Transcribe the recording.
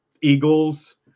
Eagles